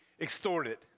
extorted